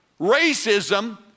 Racism